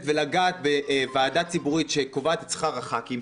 ולגעת בוועדה ציבורית שקובעת את שכר הח"כים,